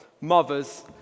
mothers